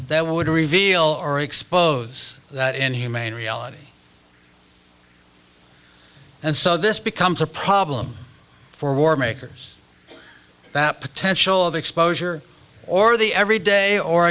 that would reveal or expose that inhumane reality and so this becomes a problem for war makers that potential of exposure or the every day or